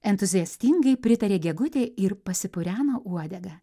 entuziastingai pritarė gegutė ir pasipureno uodegą